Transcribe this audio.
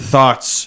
Thoughts